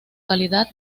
calidad